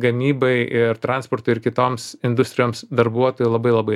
gamybai ir transportui ir kitoms industrijoms darbuotojų labai labai